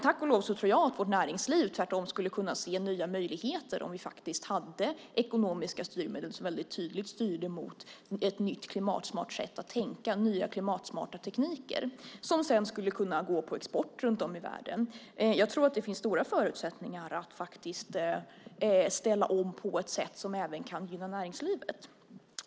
Tack och lov tror jag att vårt näringsliv tvärtom skulle kunna se nya möjligheter om vi faktiskt hade ekonomiska styrmedel som väldigt tydligt styrde mot ett nytt klimatsmart sätt att tänka och nya klimatsmarta tekniker som sedan skulle kunna gå på export runt om i världen. Jag tror att det finns stora förutsättningar att faktiskt ställa om på ett sätt som även kan gynna näringslivet.